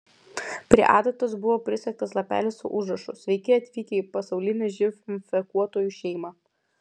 prie adatos buvo prisegtas lapelis su užrašu sveiki atvykę į pasaulinę živ infekuotųjų šeimą